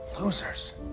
Losers